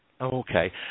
Okay